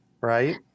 right